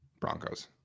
broncos